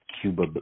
cuba